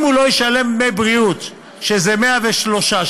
אם הוא לא ישלם דמי בריאות, שזה 103 שקלים,